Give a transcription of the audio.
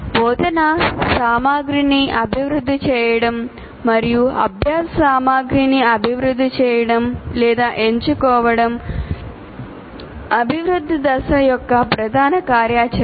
బోధనా సామగ్రిని అభివృద్ధి చేయడం మరియు అభ్యాస సామగ్రిని అభివృద్ధి చేయడం లేదా ఎంచుకోవడం అభివృద్ధి దశ యొక్క ప్రధాన కార్యాచరణ